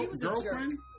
girlfriend